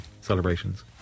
celebrations